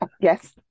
yes